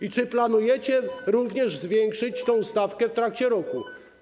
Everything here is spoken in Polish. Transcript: I czy planujecie również zwiększyć tę stawkę w trakcie roku?